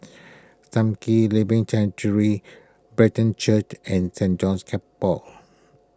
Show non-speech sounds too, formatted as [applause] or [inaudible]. Sam Kee Living Sanctuary Brethren Church and Saint John's [unintelligible]